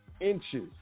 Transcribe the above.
inches